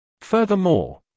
Furthermore